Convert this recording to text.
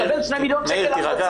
מקבל 2 מיליון שקל הכנסות,